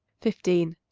fifteen